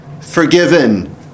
forgiven